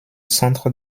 centre